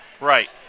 Right